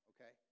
Okay